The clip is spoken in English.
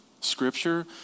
Scripture